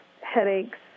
headaches